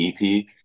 ep